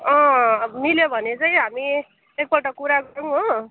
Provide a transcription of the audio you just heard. अँ मिल्यो भने चाहिँ हामी एकपल्ट कुरा गरौँ हो